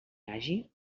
hagi